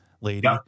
lady